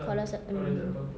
kalau sabtu